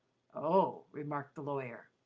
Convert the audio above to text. oh! remarked the lawyer,